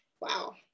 wow